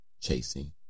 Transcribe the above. chasing